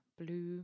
blue